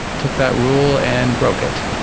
took that rule and broke it.